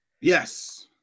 Yes